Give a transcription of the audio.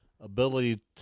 ability